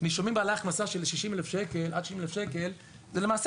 נישומים בעלי הכנסה של עד 60,000 שקל זה דגש שהמבקר נותן,